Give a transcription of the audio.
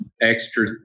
extra